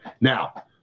Now